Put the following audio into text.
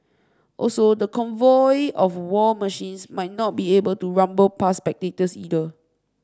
also the convoy of war machines might not be able to rumble past spectators either